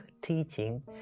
teaching